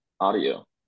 audio